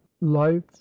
life